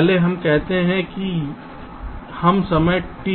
पहले हम कहते हैं हम समय t